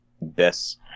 best